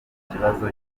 ikibazo